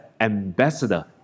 ambassador